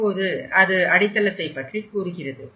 இப்போது அது அடித்தளத்தை பற்றி கூறுகிறது